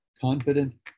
confident